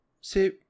c'est